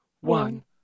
one